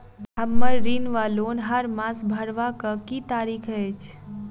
हम्मर ऋण वा लोन हरमास भरवाक की तारीख अछि?